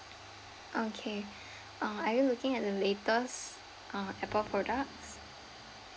okay uh are you looking at the latest uh apple products